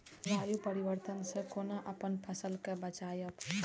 जलवायु परिवर्तन से कोना अपन फसल कै बचायब?